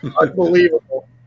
Unbelievable